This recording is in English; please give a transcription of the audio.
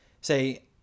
say